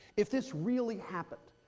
if this really happened,